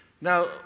Now